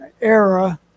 era